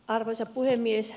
arvoisa puhemies